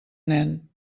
nen